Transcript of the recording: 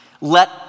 let